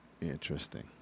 Interesting